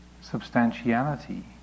substantiality